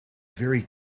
very